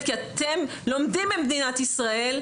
אתם לא מייצגים את הסטודנטים הערבים.